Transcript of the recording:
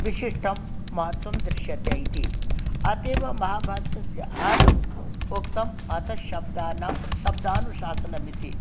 विशिष्टं महत्त्वं दृश्यते इति अत एव महाभाष्यस्य आदौ उक्तं अथ शब्दाना शब्दानुशासनं इति